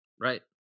right